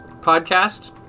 podcast